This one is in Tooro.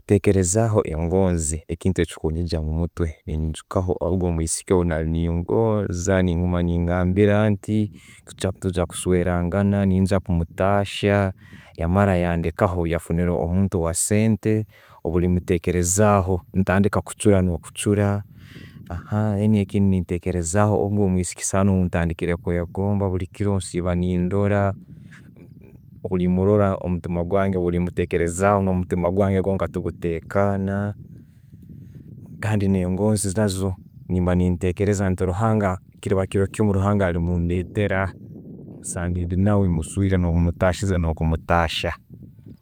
Ntekerezaho engozi, ekintu echikunyinja omumutwe, nenyijukaho ogwo omwisiki nemugonza nenguma ne magambira nti netwijja kuswerangana, nenija kumutahya, yamara yandekaho bweyafunire omuntu owa sente. Obulibwebitekerezaho, ntandika kuchura no'kuchura. Hati ekindi ekyentekerezaho, ogwo omwisiki, saha zino nubwo ntandikire okwegomba, Buli kiro nsiba nemurora, we embitekereza homutiima gwange tegutekana kandi nengozi nazo nemba nentekereza, kiraba kiro kimu, ruhanga alimundetera nsangire ndi naawe musweire mutahize no'kumutayha.